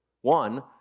One